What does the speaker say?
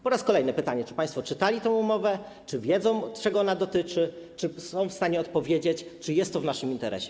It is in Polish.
Po raz kolejny pytanie: Czy państwo czytali tę umowę, czy wiedzą, czego ona dotyczy, czy są w stanie odpowiedzieć, czy jest to w naszym interesie?